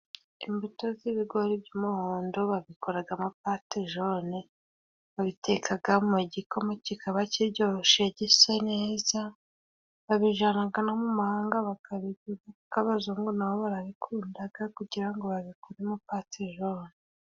Imbuto z'ibigori by'umuhondo babikoragamo patejone babitekagamo igikoma kikaba kiryoshe gisa neza babijanaga no mu mahanga bakabigura kuko abazungu na bo barabikundaga kugira ngo babikoremo patejone.